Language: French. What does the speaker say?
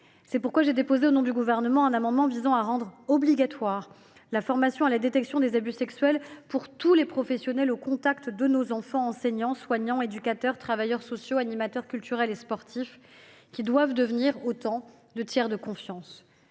C’est pourquoi j’ai déposé, au nom du Gouvernement, un amendement visant à rendre obligatoire la formation à la détection des abus sexuels pour tous les professionnels au contact de nos enfants : enseignants, soignants, éducateurs, travailleurs sociaux, animateurs culturels et sportifs, qui doivent devenir autant de tiers de confiance.